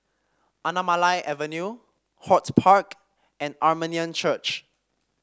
Anamalai Avenue Hort Park and Armenian Church